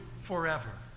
forever